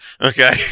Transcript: okay